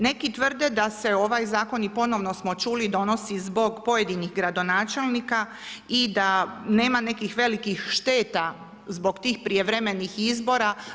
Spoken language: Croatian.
Neki tvrde da se ovaj zakon i ponovno smo čuli donosi zbog pojedinih gradonačelnika i da nema nekih velikih šteta zbog tih prijevremenih izbora.